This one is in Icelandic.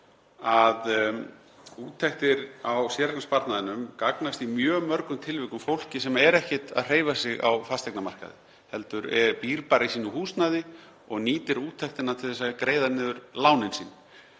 að úttektir á séreignarsparnaðinum gagnast í mjög mörgum tilvikum fólki sem er ekkert að hreyfa sig á fasteignamarkaði heldur býr bara í sínu húsnæði og nýtir úttektina til að greiða niður lánin sín.